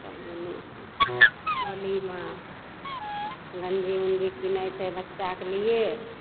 सब दिन नहि छै होलीमे गँजी उँजी कीनय छै बच्चाके लिये